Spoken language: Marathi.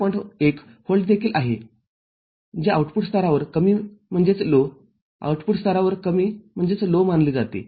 १ व्होल्ट देखील आहे जे आउटपुट स्तरावर कमी आउटपुट स्तरावर कमी मानले जाते